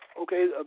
Okay